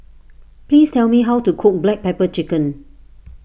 please tell me how to cook Black Pepper Chicken